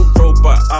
robot